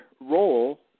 role